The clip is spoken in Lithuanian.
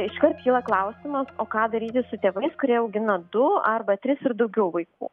iškart kyla klausimas o ką daryti su tėvais kurie augina du arba tris ir daugiau vaikų